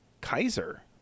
Kaiser